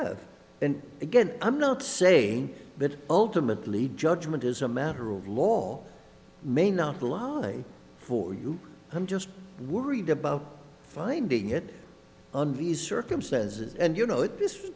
have and again i'm not saying that ultimately judgement is a matter of law may not the law for you i'm just worried about finding it under these circumstances and you know it